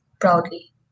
proudly